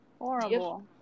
horrible